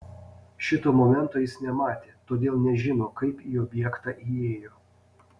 šito momento jis nematė todėl nežino kaip į objektą įėjo